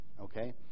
okay